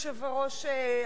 היושב-ראש,